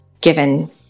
given